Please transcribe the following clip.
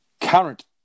Current